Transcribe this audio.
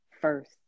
first